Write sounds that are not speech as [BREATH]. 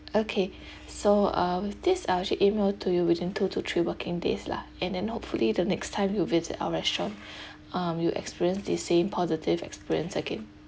okay [BREATH] so uh with this I'll actually email to you within two to three working days lah and then hopefully the next time you visit our restaurant [BREATH] um you experience the same positive experience again